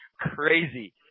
crazy